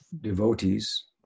devotees